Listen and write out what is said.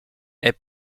est